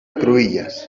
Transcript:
cruïlles